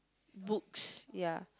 books ya